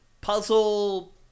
puzzle